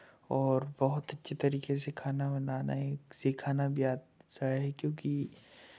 और बहुत अच्छी तरीके से खाना बनाना सिखाना भी आता है क्योंकि